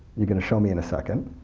you're going to show me in a second.